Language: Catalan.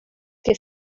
que